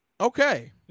Okay